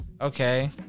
Okay